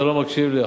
אתה לא מקשיב לי,